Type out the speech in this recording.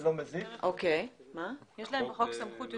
זה לא מזיק --- יש להם בחוק סמכות גם